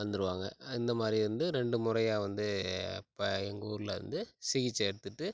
வந்துருவாங்க இந்த மாதிரி வந்து ரெண்டு முறையாக வந்து இப்போ எங்கள் ஊரில் வந்து சிகிச்சை எடுத்துகிட்டு